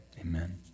amen